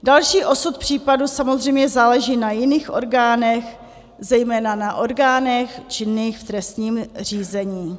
Další osud případu samozřejmě záleží na jiných orgánech, zejména na orgánech činných v trestním řízení.